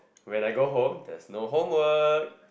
when I go home there's no homework